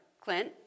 Clint